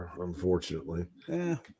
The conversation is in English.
unfortunately